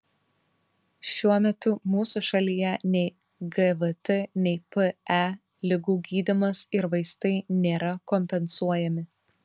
šiuo metu mūsų šalyje nei gvt nei pe ligų gydymas ir vaistai nėra kompensuojami